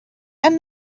and